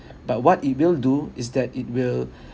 but what it will do is that it will